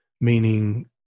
meaning